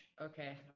okay